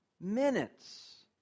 minutes